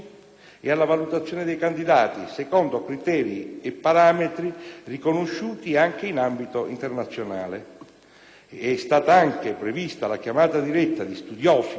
e alla valutazione dei candidati, secondo criteri e parametri riconosciuti anche in ambito internazionale; è stata anche prevista la chiamata diretta di studiosi